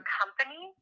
company